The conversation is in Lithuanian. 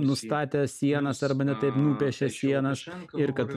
nustatė sienas arba ne taip nupiešė sienas ir kad